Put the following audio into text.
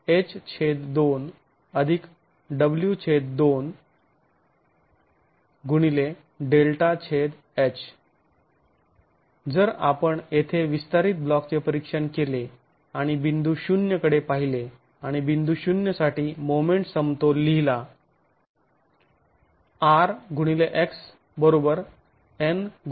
h2W2 h जर आपण येथे विस्तारित ब्लॉकचे परीक्षण केले आणि बिंदू शुन्य ० कडे पाहिले आणि बिंदू शुन्य ० साठी मोमेंट समतोल लिहिला R